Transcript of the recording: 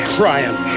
crying